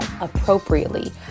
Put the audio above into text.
appropriately